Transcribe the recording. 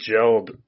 gelled